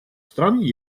стран